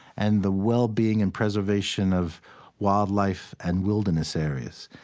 and the well-being and preservation of wildlife and wilderness areas.